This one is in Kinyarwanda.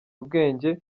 ubwenge